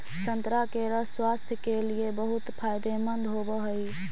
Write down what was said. संतरा के रस स्वास्थ्य के लिए बहुत फायदेमंद होवऽ हइ